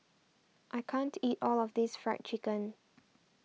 I can't eat all of this Fried Chicken